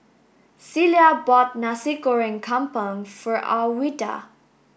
Celia bought Nasi Goreng Kampung for Alwilda